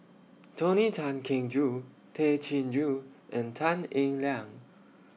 Tony Tan Keng Joo Tay Chin Joo and Tan Eng Liang